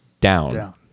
down